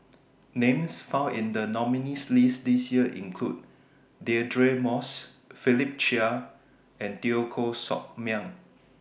Names found in The nominees' list This Year include Deirdre Moss Philip Chia and Teo Koh Sock Miang